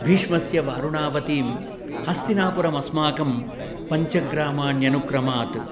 भीष्मस्य वारुणावतीं हस्तिनापुरमस्माकं पञ्चग्रामान्यनुक्रमात्